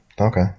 Okay